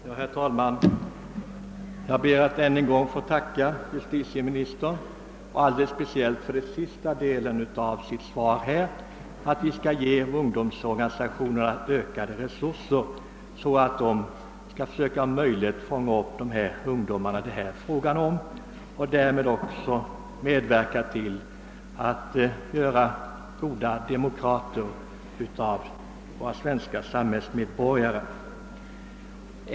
Herr talman! Jag ber att få tacka justitieministern speciellt för hans sist gjorda uttalande, att vi skall ge ungdomsorganisationerna ökade resurser för att bereda dem möjlighet att fånga upp de ungdomar det här är fråga om. Därmed kan vi också medverka till att' göra goda demokrater av våra svenska samhällsmedborgare.